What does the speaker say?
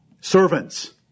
Servants